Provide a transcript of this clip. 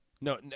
No